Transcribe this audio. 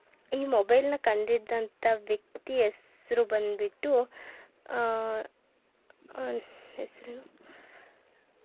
ಈ ಮೊಬೈಲ್ನ ಕಂಡು ಹಿಡಿದಂಥ ವ್ಯಕ್ತಿ ಹೆಸರು ಬಂದ್ಬಿಟ್ಟು ಹೆಸರೇನು